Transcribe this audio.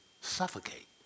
suffocate